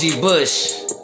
Bush